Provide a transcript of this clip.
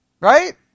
Right